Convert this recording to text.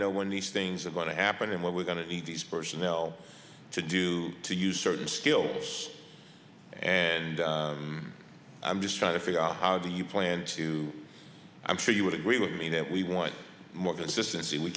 know when these things are going to happen and what we're going to need these personnel to do to use certain skills and i'm just trying to figure out how do you plan to i'm sure you would agree with me that we want more consistency we